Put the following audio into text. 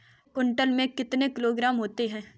एक क्विंटल में कितने किलोग्राम होते हैं?